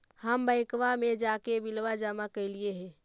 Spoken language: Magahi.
हम बैंकवा मे जाके बिलवा जमा कैलिऐ हे?